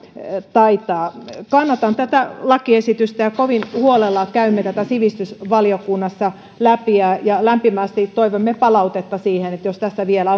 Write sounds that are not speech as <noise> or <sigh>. taitaa kannatan tätä lakiesitystä ja kovin huolella käymme tätä sivistysvaliokunnassa läpi ja lämpimästi toivomme palautetta eli jos tässä vielä <unintelligible>